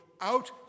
out